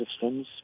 systems